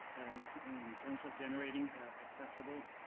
in terms of generating accessible